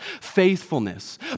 faithfulness